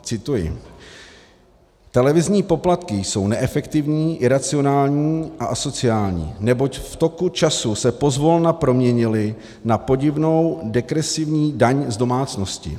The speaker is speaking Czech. Cituji: Televizní poplatky jsou neefektivní, iracionální a asociální, neboť v toku času se pozvolna proměnily na podivnou degresivní daň z domácností.